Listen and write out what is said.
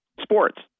sports